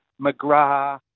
McGrath